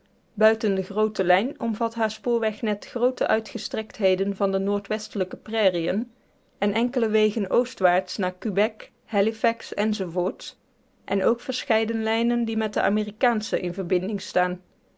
buiten de groote lijn omvat haar spoorwegnet groote uitgestrektheden van de noordwestelijke prairieën en enkele wegen oostwaarts naar quebee halifax enz en ook verscheiden lijnen die met de amerikaansche in verbinding staan